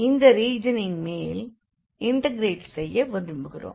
இந்த ரீஜனின் மேல் இன்டக்ரேட் செய்ய விரும்புகிறோம்